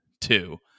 two